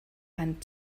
hand